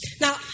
Now